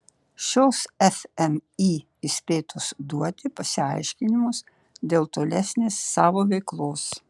šios fmį įspėtos duoti pasiaiškinimus dėl tolesnės savo veiklos